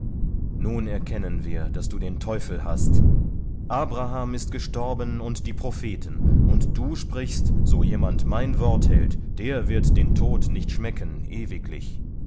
nun erkennen wir daß du den teufel hast abraham ist gestorben und die propheten und du sprichst so jemand mein wort hält der wird den tod nicht schmecken ewiglich